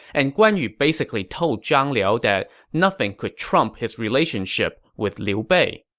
and guan yu basically told zhang liao that nothing could trump his relationship with liu bei.